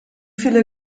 viele